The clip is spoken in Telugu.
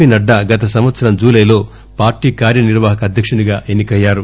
పి నడ్డా గత సంవత్సరం జులైలో పార్టీ కార్యనిర్వాహక అధ్యక్షుడుగా ఎన్ని కయ్యారు